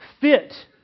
fit